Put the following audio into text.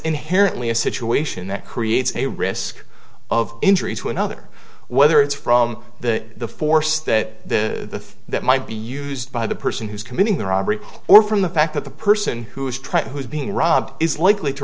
inherently a situation that creates a risk of injury to another whether it's from the the force that the that might be used by the person who's committing the robbery or from the fact that the person who's tried who is being robbed is likely to